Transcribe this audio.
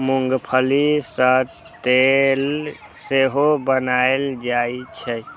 मूंंगफली सं तेल सेहो बनाएल जाइ छै